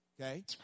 Okay